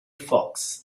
fox